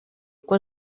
quan